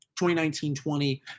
2019-20